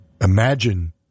imagine